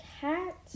Cat